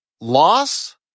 loss